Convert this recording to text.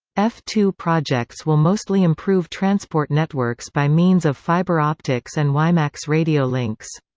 f two projects will mostly improve transport networks by means of fibre optics and wimax radio links.